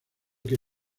que